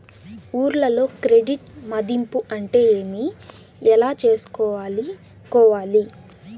ఊర్లలో క్రెడిట్ మధింపు అంటే ఏమి? ఎలా చేసుకోవాలి కోవాలి?